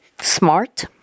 smart